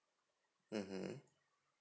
mmhmm